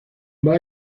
بار